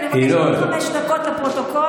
אז אני מבקשת עוד חמש דקות לפרוטוקול,